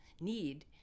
need